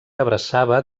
abraçava